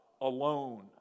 alone